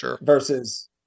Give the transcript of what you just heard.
versus